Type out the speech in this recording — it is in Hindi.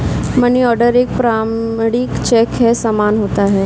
मनीआर्डर एक प्रमाणिक चेक के समान होता है